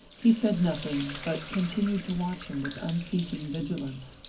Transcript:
he said nothing, but continued to watch him with unceasing vigilance.